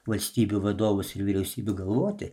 valstybių vadovus ir vyriausybių galvoti